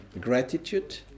gratitude